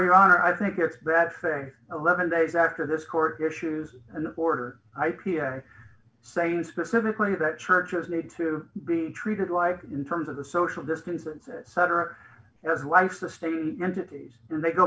your honor i think it's that say eleven days after this court issues and border i p a saying specifically that churches need to be treated like in terms of the social distance and cetera as life sustaining entities and they go